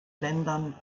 ländern